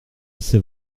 ces